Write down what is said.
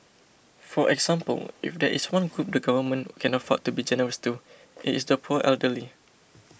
for example if there is one group the Government can afford to be generous to it is the poor elderly